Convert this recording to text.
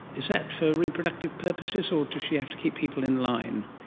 is that for reproductive purposes or does she have to keep people in line?